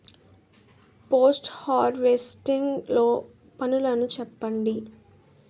Post harvesting లో పనులను చెప్పండి?